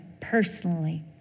personally